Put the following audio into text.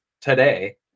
today